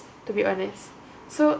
to be honest so